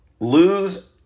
Lose